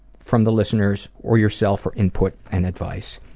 from the listeners or yourself for input and advice.